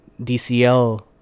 DCL